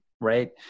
right